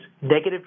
negative